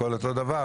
הכול אותו דבר,